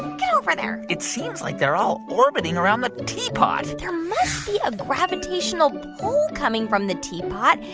get over there it seems like they're all orbiting around the teapot there must be a gravitational pull coming from the teapot,